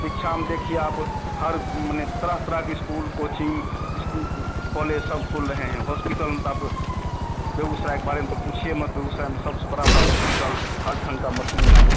शिक्षा में देखिए आप हर माने तरह तरह के स्कूल कोचिंग स्कू कॉलेज सब खुल रहे हैं हॉस्पिटल में तो आप बेगूसराय के बारे में तो पूछिए मत बेगूसराय में सबसे बड़ा बड़ा हॉस्पिटल हर ढंग का मशीन यहाँ